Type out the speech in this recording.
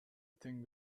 тең